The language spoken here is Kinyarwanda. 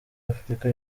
afurika